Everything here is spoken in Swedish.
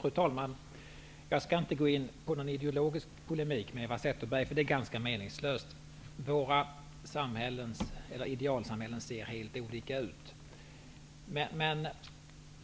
Fru talman! Jag skall inte gå in på någon ideolo gisk polemik med Eva Zetterberg, eftersom det är ganska meningslöst. Våra idealsamhällen ser helt olika ut. Jag